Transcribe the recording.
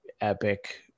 epic